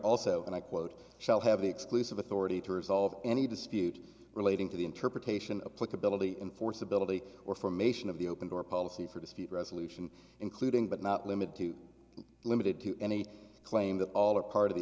also and i quote shall have the exclusive authority to resolve any dispute relating to the interpretation of pluck ability enforceability or formation of the open door policy for dispute resolution including but not limited to limited to any claim that all or part of the